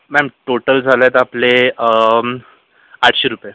ma'am total झाले आहेत आपले आठशे रुपये